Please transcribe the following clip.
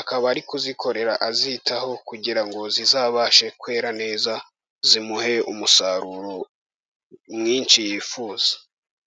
akaba ari kuzikorera azitaho, kugira ngo zizabashe kwera neza zimuhe umusaruro mwinshi yifuza.